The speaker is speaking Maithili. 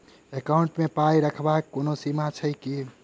एकाउन्ट मे पाई रखबाक कोनो सीमा छैक की?